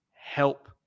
Help